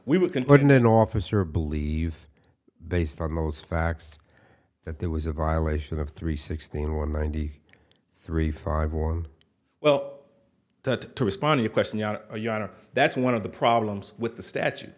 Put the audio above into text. honor we can put in an officer believe based on those facts that there was a violation of three sixteen one ninety three five one well that to respond to a question yada yada that's one of the problems with the statu